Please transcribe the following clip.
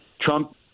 Trump